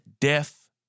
death